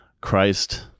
Christ